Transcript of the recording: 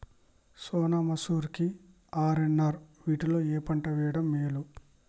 సోనా మాషురి కి ఆర్.ఎన్.ఆర్ వీటిలో ఏ పంట వెయ్యడం మేలు?